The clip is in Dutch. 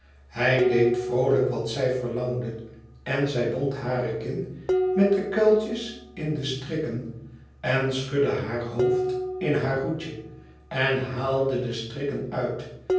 hij deed vroolijk wat zij verlangde en zij bond hare kin met dekuils in de strikken en schudde haar hoofd in haar hoedje en haalde de stnkken uit